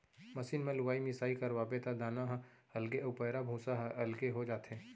machine म लुवाई मिसाई करवाबे त दाना ह अलगे अउ पैरा भूसा ह अलगे हो जाथे